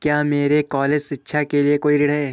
क्या मेरे कॉलेज शिक्षा के लिए कोई ऋण है?